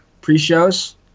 pre-shows